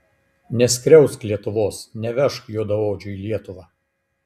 neskriausk lietuvos nevežk juodaodžių į lietuvą